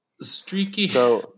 Streaky